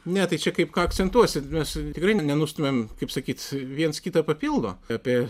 ne tai čia kaip ką akcentuosit mes tikrai nenustumiam kaip sakyt viens kitą papildo apie